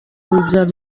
bibyara